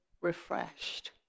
refreshed